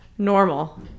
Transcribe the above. normal